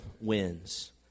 wins